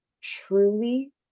truly